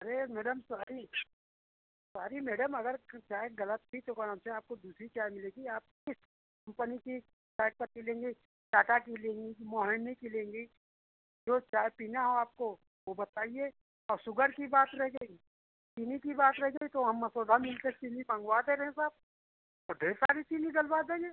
अरे madam sorry sorry madam अगर चाय गलत थी तो का नाऊ से आपको दूसरी चाय मिलेगी किस बनी की चाय पत्ती लेंगी टाटा की लेंगी मोहानी की लेंगी जो चाय पीना आपको वो बताईए औ सुगर की बात रह गई चीनी की बात रह गई तो हम अकोधा मील से चीनी मंगवा दे रहे हैं सर और ढेर सारी चीनी डलवा देंगे